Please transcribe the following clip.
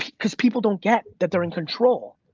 cause people don't get that they're in control.